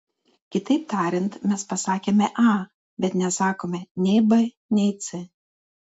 kitaip tariant mes pasakėme a bet nesakome nei b nei c